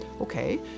okay